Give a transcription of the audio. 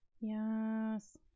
Yes